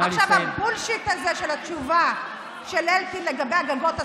עכשיו הבולשיט הזה של התשובה של אלקין לגבי הגגות הסולריים.